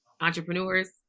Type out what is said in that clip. entrepreneurs